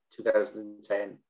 2010